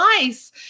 nice